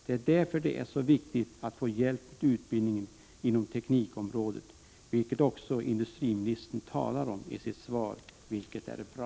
Det är därför som det är så viktigt att få hjälp till utbildningen inom teknikområdet, vilket industriministern också talar om i sitt svar, och det är bra.